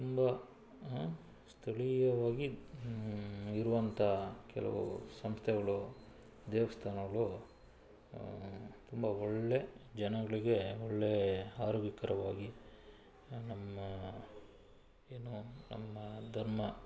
ತುಂಬ ಸ್ಥಳೀಯವಾಗಿ ಇರುವಂಥ ಕೆಲವು ಸಂಸ್ಥೆಗಳು ದೇವಸ್ಥಾನಗಳು ತುಂಬ ಒಳ್ಳೆ ಜನಗಳಿಗೆ ಒಳ್ಳೆ ಆರೋಗ್ಯಕರವಾಗಿ ನಮ್ಮ ಏನು ನಮ್ಮ ಧರ್ಮ